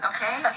Okay